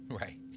Right